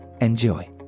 Enjoy